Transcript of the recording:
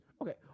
Okay